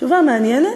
תשובה מעניינת.